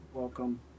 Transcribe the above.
Welcome